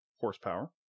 horsepower